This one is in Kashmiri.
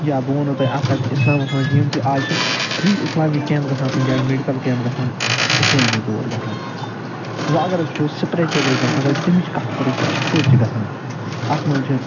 یا بہٕ وَنو تۄہہِ اکھ کتھ کہ اِسلامَس مَنٛز چھ یِم تہِ آز چھِ فری اِسلامک کیٚمپ گَژھان کُنہ جایہ میٚڈکل کیمپ گَژھان اِسلٲمی تور گَژھان وۄنۍ اگر أسۍ وٕچھو سپرچوَلِزِم تمچ کتھ کرو کہ کِتھ پٲٹھۍ چھ گَژھان اتھ مَنٛز چھ